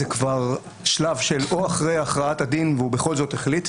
זה כבר שלב של או אחרי הכרעת הדין והוא בכל זאת החליט,